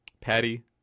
patty